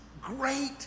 great